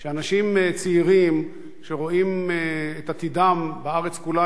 שאנשים צעירים שרואים את עתידם בארץ כולה